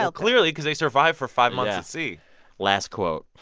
so clearly, because they survived for five months at sea last quote